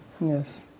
Yes